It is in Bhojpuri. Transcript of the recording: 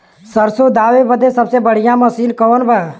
सरसों दावे बदे सबसे बढ़ियां मसिन कवन बा?